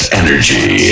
energy